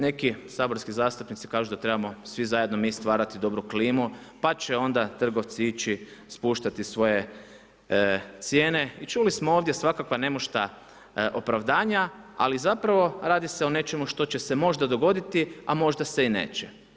Neki saborski zastupnici kažu da trebamo svi zajedno mi stvarati dobru klimu, pa će onda trgovci ići spuštati svoje cijene i čuli smo ovdje svakakva nemušta opravdanja, ali zapravo radi se o nečemu što će se možda dogoditi, a možda se i neće.